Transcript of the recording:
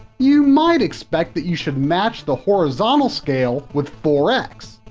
you might expect that you should match the horizontal scale with four x?